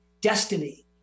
destiny